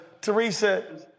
Teresa